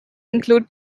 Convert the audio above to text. include